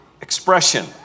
expression